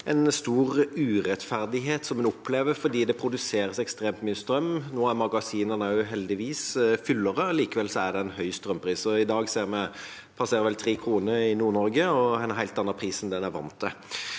en stor urettferdighet fordi det produseres ekstremt mye strøm. Nå er magasinene heldigvis fullere, men likevel er det høy strømpris. I dag passerer den vel 3 kr per kWt i Nord-Norge – en helt annen pris enn en er vant til.